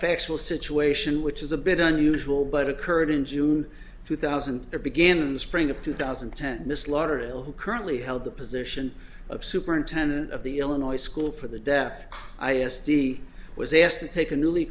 factual situation which is a bit unusual but occurred in june two thousand it began the spring of two thousand and ten miss lauderdale who currently held the position of superintendent of the illinois school for the deaf i s d was asked to take a newly